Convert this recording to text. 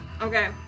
Okay